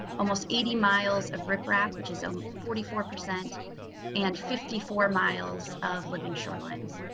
almost eighty miles of rap rap, which is um forty four percent and fifty four miles of living shorelines.